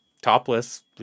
topless